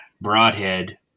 broadhead